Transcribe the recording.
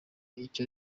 icyo